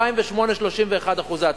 ב-2008 31% הצלחה,